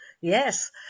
Yes